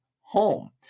home